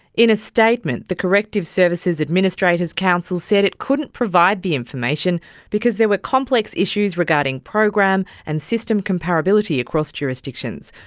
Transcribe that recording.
in a statement, the corrective services administrators council said it couldn't provide the information because there were complex issues regarding program and system comparability across jurisdictions.